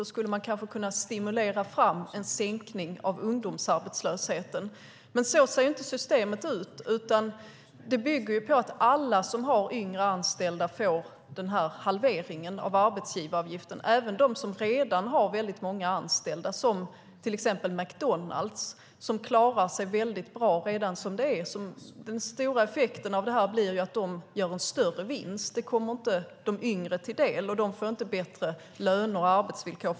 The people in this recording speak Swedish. Då kanske man hade kunnat få en sänkning av ungdomsarbetslösheten. Så ser dock systemet inte ut, utan det bygger på att alla som har yngre anställda får en halvering av arbetsgivaravgiften, även de som redan har många anställda, till exempel McDonalds som klarar sig bra redan som det är. Effekten av detta blir att de gör en större vinst. Det kommer inte de yngre till del. De får inte bättre löner och arbetsvillkor.